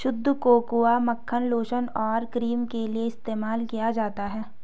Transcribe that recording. शुद्ध कोकोआ मक्खन लोशन और क्रीम के लिए इस्तेमाल किया जाता है